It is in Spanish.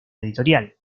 editorial